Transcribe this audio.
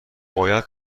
باید